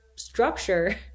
structure